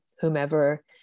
whomever